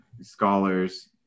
scholars